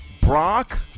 Brock